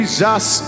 Jesus